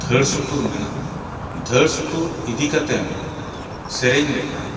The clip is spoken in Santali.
ᱫᱷᱟᱹᱲ ᱥᱩᱛᱩᱨ ᱢᱮᱱᱟᱜᱼᱟ ᱫᱷᱟᱹᱲ ᱥᱩᱛᱩᱨ ᱤᱫᱤ ᱠᱟᱛᱮᱢ ᱥᱮᱨᱮᱧ ᱞᱮᱠᱷᱟᱱ